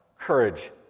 courage